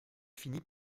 finit